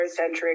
Eurocentric